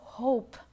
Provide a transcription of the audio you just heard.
hope